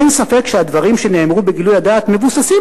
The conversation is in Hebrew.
אין ספק שהדברים שנאמרו בגילוי הדעת מבוססים